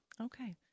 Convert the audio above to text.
Okay